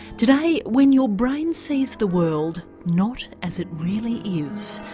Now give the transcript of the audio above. today, when your brain sees the world not as it really is.